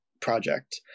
project